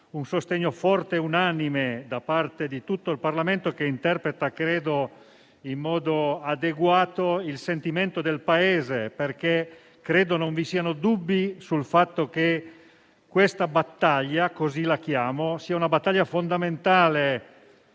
un sostegno forte e unanime da parte di tutto il Parlamento, che interpreta - penso in modo adeguato - il sentimento del Paese. Ritengo non vi siano dubbi sul fatto che questa battaglia (così la chiamo) sia fondamentale